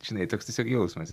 žinai toks tiesiog jausmas